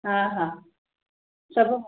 हा हा सभु मोकिलियो